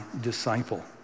disciple